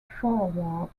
forward